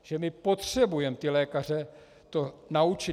Že potřebujeme ty lékaře to naučit.